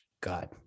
God